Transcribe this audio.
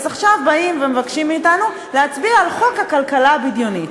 אז עכשיו באים ומבקשים מאתנו להצביע על חוק הכלכלה הבדיונית.